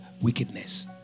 wickedness